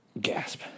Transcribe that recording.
Gasp